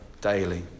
daily